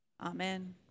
Amen